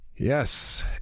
Yes